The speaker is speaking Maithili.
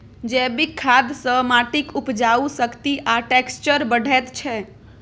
जैबिक खाद सँ माटिक उपजाउ शक्ति आ टैक्सचर बढ़ैत छै